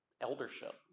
eldership